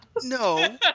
No